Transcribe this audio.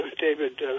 David